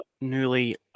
Newly